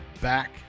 back